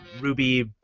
Ruby